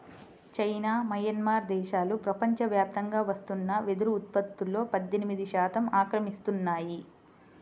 China, Myanmar దేశాలు ప్రపంచవ్యాప్తంగా వస్తున్న వెదురు ఉత్పత్తులో పద్దెనిమిది శాతం ఆక్రమిస్తున్నాయి